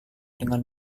dengan